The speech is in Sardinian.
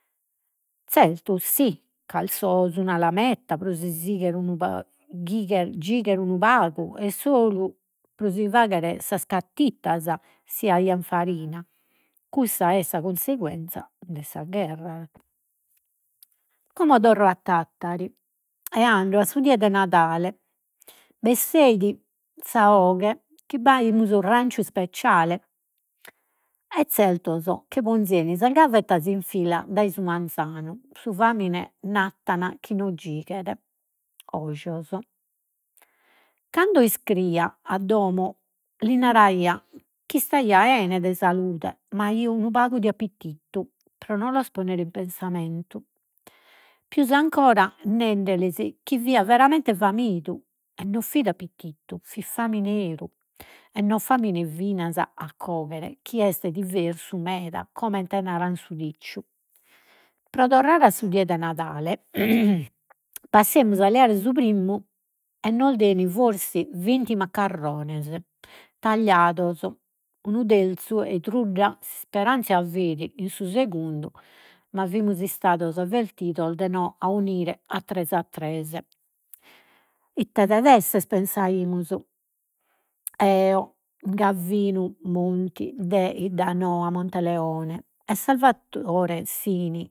Zertos si una lametta pro si unu gighere gighere unu pagu 'e pro si faghere sas cattittas si aian farina. Cussa est sa conseguenza de sas gherras. Como torro a Tatthari, e ando a su die de Nadale. Besseit sa 'oghe chi b'aimus ranciu ispeciale, e zertos che ponzeit sas gavettas in fila dae su manzanu. Su famine chi non. Cando iscriio a domo lis naraio chi istaio 'ene de salude ma aio unu pagu de appititu, pro no los ponere in pensamenta. Pius ancora nendelis chi fia veramente famidu e no fit appititu, fit famine 'eru, e no famine finas a chi est diversu meda, comente narat su diciu. Pro torrare a su die de Nadale passemus a leare su primmu e nos dein forsis vinti maccarrones tagliados, unu terzu 'e trudda, s'isperanzia fit in su segundu ma fimus istados avvertidos aunire a tres a tres. Ite ded'essere pensaimus. Eo, Gavinu Monti de Iddanoa Monteleone e Salvadore Sini